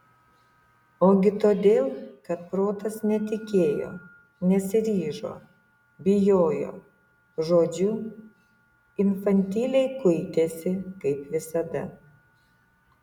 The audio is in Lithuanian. ogi todėl kad protas netikėjo nesiryžo bijojo žodžiu infantiliai kuitėsi kaip visada